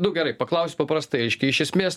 nu gerai paklausiu paprastai reiškia iš esmės